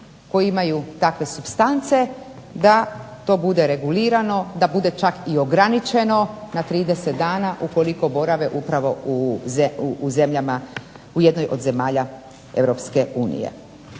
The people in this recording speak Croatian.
koji imaju takve supstance da bude regulirano, da bude čak i ograničeno na 30 dana ukoliko borave u jednoj od zemalja EU.